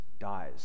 dies